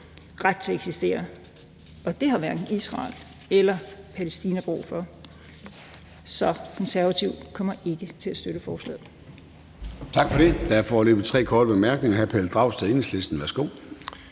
ret til at eksistere, og det har hverken Israel eller Palæstina brug for. Så Konservative kommer ikke til at støtte forslaget. Kl. 21:12 Formanden (Søren Gade): Tak for det. Der er foreløbig tre korte bemærkninger. Hr. Pelle Dragsted, Enhedslisten. Værsgo.